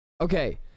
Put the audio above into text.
Okay